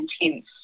intense